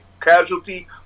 casualty